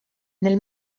nel